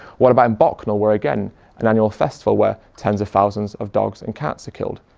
what about in bok nal where again an annual festival where tens of thousands of dogs and cats are killed.